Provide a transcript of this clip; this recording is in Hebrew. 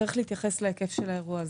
צריך גם להתייחס להיקף של האירוע הזה.